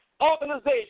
organization